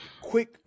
quick